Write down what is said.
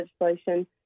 legislation